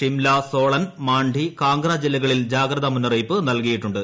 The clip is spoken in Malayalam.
ഷിംല സോളൻ മാണ്ടി കാംഗ്ര ജില്ലകളിൽ ജാഗ്രത മുന്നറിയിപ്പ് നൽകിയിട്ടുണ്ട്